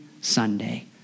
Sunday